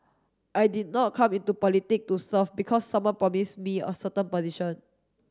I did not come into politic to serve because someone promise me a certain position